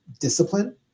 discipline